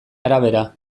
arabera